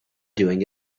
doing